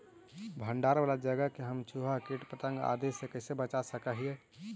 भंडार वाला जगह के हम चुहा, किट पतंग, आदि से कैसे बचा सक हिय?